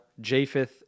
Japheth